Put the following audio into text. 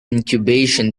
incubation